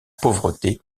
pauvreté